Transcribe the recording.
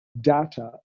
data